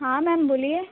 हाँ मैम बोलिए